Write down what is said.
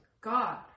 God